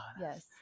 Yes